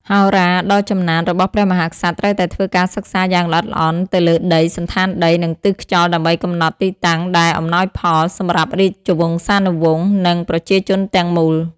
ហោរាដ៏ចំណានរបស់ព្រះមហាក្សត្រត្រូវតែធ្វើការសិក្សាយ៉ាងល្អិតល្អន់ទៅលើដី សណ្ឋានដី និងទិសខ្យល់ដើម្បីកំណត់ទីតាំងដែលអំណោយផលសម្រាប់រាជវង្សានុវង្សនិងប្រជាជនទាំងមូល។